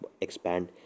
expand